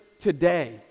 today